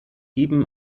ibn